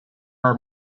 are